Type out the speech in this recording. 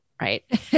Right